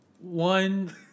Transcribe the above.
one